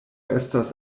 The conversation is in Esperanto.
estas